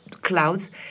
clouds